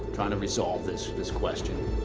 kind of resolve this this question.